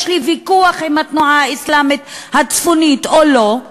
יש לי ויכוח עם התנועה האסלאמית הצפונית או לא,